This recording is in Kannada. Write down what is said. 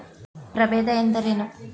ಪ್ರಭೇದ ಎಂದರೇನು?